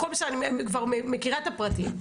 הכל בסדר, אני כבר מכירה את הפרטים.